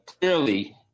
clearly